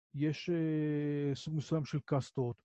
יש סוג מסוים של קאסטות.